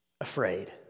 afraid